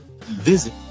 visit